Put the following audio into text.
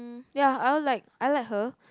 ya I'll like I like her